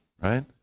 right